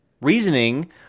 reasoning